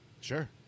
Sure